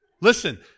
listen